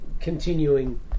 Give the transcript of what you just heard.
continuing